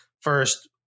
first